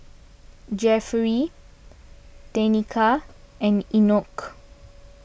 Jeffery Tenika and Enoch